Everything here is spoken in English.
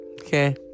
Okay